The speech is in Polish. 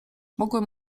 mogłem